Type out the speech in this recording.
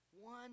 One